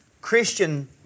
Christian